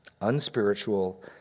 unspiritual